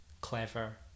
clever